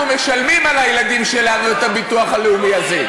אנחנו משלמים על הילדים שלנו את הביטוח הלאומי הזה.